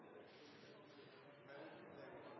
men